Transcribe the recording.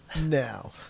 Now